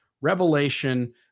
revelation